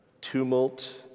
tumult